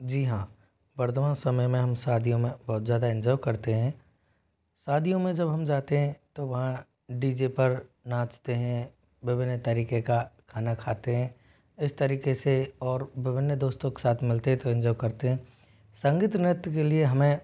जी हाँ वर्तमान समय में हम सादियों में बहुत ज़्यादा इन्जॉय करते हैं सादियों में जब हम जाते हैं तो वहाँ डी जे पर नाचते हैं विभिन्न तरीके का खाना खाते हैं इस तरीके से और विभिन्न दोस्तों के साथ मिलते तो इन्जॉय करते संगीत नृत्य के लिए हमें